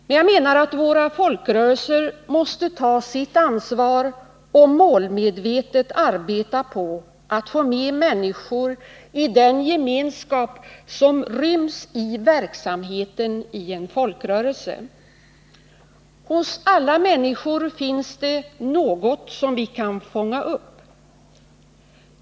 Men jag menar att våra folkrörelser måste ta sitt ansvar och målmedvetet arbeta på att få med människor i den gemenskap som ryms i verksamheten i en folkrörelse. Hos alla människor finns det något som man kan fånga upp.